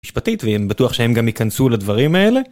משפטית, והם בטוח שהם גם ייכנסו לדברים האלה?